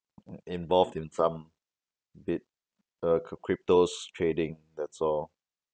mm involved in some bit~ err cr~ crypto's trading that's all